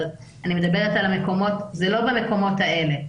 זה לא במקומות האלה.